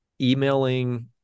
emailing